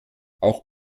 auch